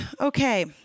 Okay